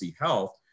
Health